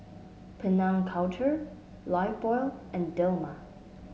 Penang Culture Lifebuoy and Dilmah